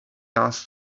asked